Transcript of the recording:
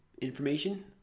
information –